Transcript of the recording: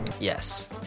Yes